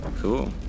Cool